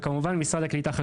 וכמובן משרד הקליטה.